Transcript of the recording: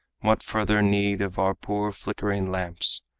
what further need of our poor flickering lamps?